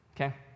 Okay